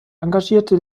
engagierte